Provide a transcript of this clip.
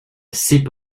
sip